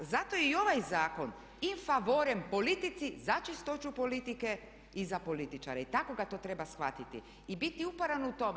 Zato je i ovaj zakon in favorem politici za čistoću politike i za političare i tako ga to treba shvatiti i biti uporan u tome.